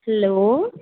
hello